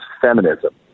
feminism